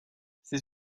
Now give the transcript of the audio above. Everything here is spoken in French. ces